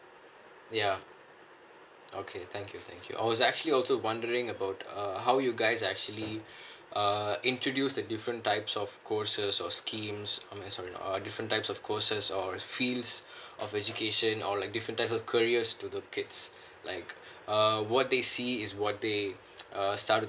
ya okay thank you thank you I was actually also wondering about err how you guys actually uh introduce the different types of courses or schemes I'm sorry err different types of courses or fields of education or like different type of careers to the kids like uh what they see is what they err started